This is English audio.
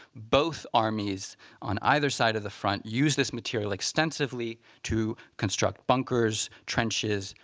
both armies on either side of the front used this material extensively to construct bunkers, trenches,